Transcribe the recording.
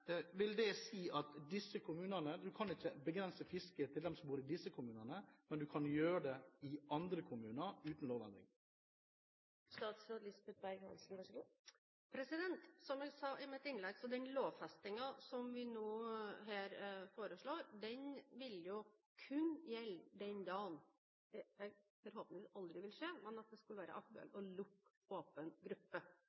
Vil det da si at man ikke kan begrense fisket til dem som bor i disse kommunene, uten lovendring, men at man kan gjøre det i andre kommuner? Som jeg sa i mitt innlegg: Den lovfestingen som vi nå foreslår, vil kun gjelde den dagen – det vil forhåpentligvis aldri skje – det skulle være